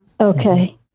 Okay